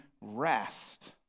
rest